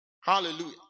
Hallelujah